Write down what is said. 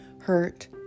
hurt